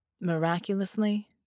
Miraculously